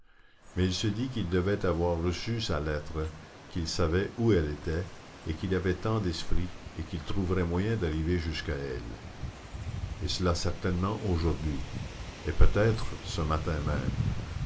mais elle se dit qu'il devait avoir reçu sa lettre qu'il savait où elle était et qu'il avait tant d'esprit et qu'il trouverait moyen d'arriver jusqu'à elle et cela certainement aujourd'hui et peut-être ce matin même